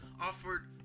offered